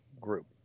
group